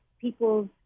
people's